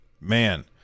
Man